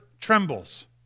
trembles